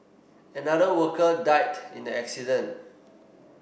another worker died in the accident